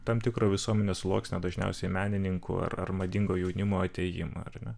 tam tikrą visuomenės sluoksnio dažniausiai menininkų ar madingo jaunimo atėjimą ar ne